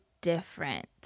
different